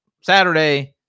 Saturday